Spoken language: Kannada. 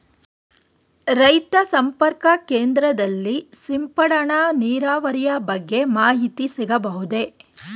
ರೈತ ಸಂಪರ್ಕ ಕೇಂದ್ರದಲ್ಲಿ ಸಿಂಪಡಣಾ ನೀರಾವರಿಯ ಬಗ್ಗೆ ಮಾಹಿತಿ ಸಿಗಬಹುದೇ?